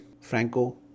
Franco